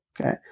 Okay